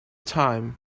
time